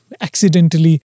accidentally